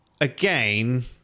again